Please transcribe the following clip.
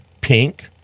pink